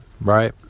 Right